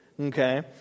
okay